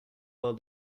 while